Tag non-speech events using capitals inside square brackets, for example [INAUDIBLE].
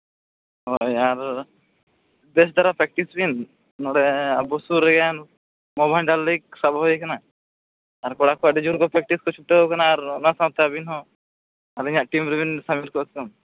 ᱦᱳᱭ ᱟᱨ ᱵᱮᱥ ᱫᱷᱟᱨᱟ ᱯᱨᱮᱠᱴᱤᱥ ᱵᱤᱱ ᱱᱚᱰᱮ ᱟᱵᱚ ᱥᱩᱨ ᱨᱮᱜᱮ ᱱᱳ ᱵᱷᱟᱱᱰᱟᱨ ᱞᱤᱜᱽ ᱥᱟᱵ ᱦᱩᱭ ᱠᱟᱱᱟ ᱟᱨ ᱠᱚᱲᱟ ᱠᱚ ᱟᱹᱰᱤ ᱡᱳᱨ ᱠᱚ ᱯᱮᱠᱴᱤᱥ ᱠᱚ ᱪᱷᱩᱴᱟᱹᱣ ᱠᱟᱱᱟ ᱟᱨ ᱚᱱᱟ ᱥᱟᱶᱛᱮ ᱟᱹᱵᱤᱱ ᱦᱚᱸ ᱟᱹᱞᱤᱧᱟᱜ ᱴᱤᱢ ᱨᱮᱵᱤᱱ [UNINTELLIGIBLE]